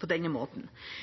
på denne måten.